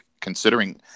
considering